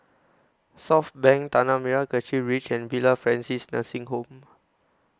Southbank Tanah Merah Kechil Ridge and Villa Francis Nursing Home